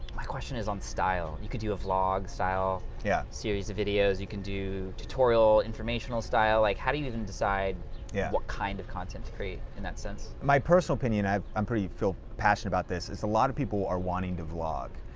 my question is on style. you could do a vlog style yeah series of videos, you could do tutorial, informational style, like how do you ever decide yeah what kind of content to create in that sense? my personal opinion, i'm i'm pretty, feel passionate about this, is a lot of people are wanting to vlog.